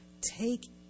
take